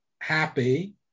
happy